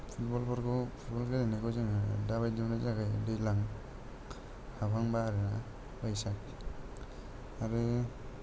फुतबलफोरखौ football गेलेनायखौ जोङो दाबायदियावनो जागायो दैलां हाबहांबा आरो बैसाग आरो